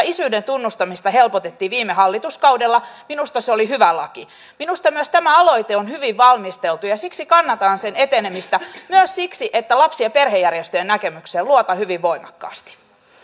isyyden tunnustamista helpotettiin viime hallituskaudella minusta se oli hyvä laki minusta myös tämä aloite on hyvin valmisteltu ja ja siksi kannatan sen etenemistä myös siksi että lapsi ja perhejärjestöjen näkemykseen luotan hyvin voimakkaasti